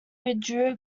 withdrew